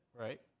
right